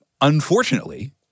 Unfortunately